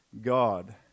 God